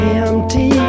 empty